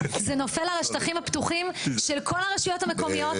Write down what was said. זה נופל על השטחים הפתוחים של כל הרשויות המקומיות,